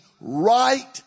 right